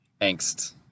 angst